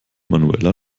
manueller